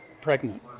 pregnant